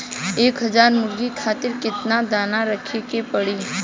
एक हज़ार मुर्गी खातिर केतना दाना रखे के पड़ी?